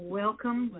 welcome